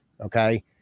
okay